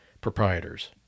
proprietors